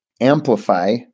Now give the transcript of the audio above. amplify